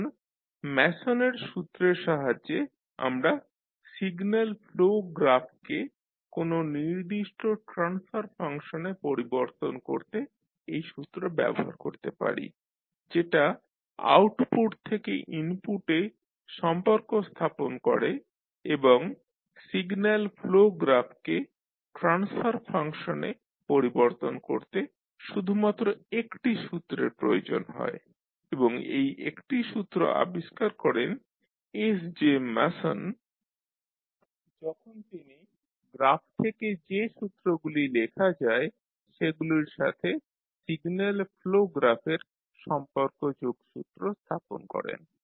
এখন ম্যাসনের সূত্রের সাহায্যে আমরা সিগন্যাল ফ্লো গ্রাফকে কোন নির্দিষ্ট ট্রান্সফার ফাংশনে পরিবর্তন করতে এই সূত্র ব্যবহার করতে পারি যেটা আউটপুট থেকে ইনপুটে সম্পর্ক স্থাপন করে এবং সিগন্যাল ফ্লো গ্রাফকে ট্রান্সফার ফাংশনে পরিবর্তন করতে শুধুমাত্র একটি সূত্রের প্রয়োজন হয় এবং এই সূত্র আবিষ্কার করেন এসজে ম্যাসন যখন তিনি গ্রাফ থেকে যে সূত্রগুলি লেখা যায় সেগুলির সাথে সিগন্যাল ফ্লো গ্রাফের সম্পর্ক যোগসূত্র স্থাপন করেন